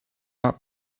not